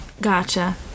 Gotcha